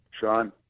Sean